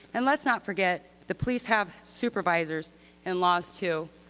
and let's not forget the police have supervisors and laws too.